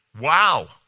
Wow